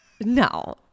No